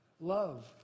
love